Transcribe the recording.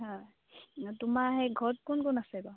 হয় তোমাৰ সেই ঘৰত কোন কোন আছে বাৰু